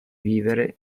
vivere